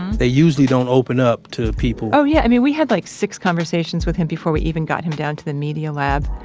they usually don't open up to people oh, yeah. i mean we had like six conversations with him before we even got him down to the media lab.